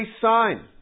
sign